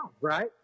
right